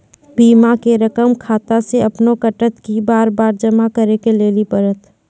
बीमा के रकम खाता से अपने कटत कि बार बार जमा करे लेली पड़त?